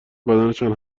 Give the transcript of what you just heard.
بدنشان